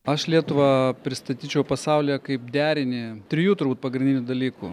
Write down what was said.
aš lietuvą pristatyčiau pasaulyje kaip derinį trijų turbūt pagrindinių dalykų